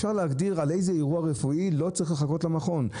אפשר להגדיר על איזה אירוע רפואי לא צריך לחכות למכון.